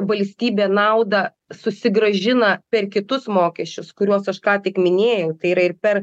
valstybė naudą susigrąžina per kitus mokesčius kuriuos aš ką tik minėjau tai yra ir per